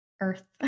earth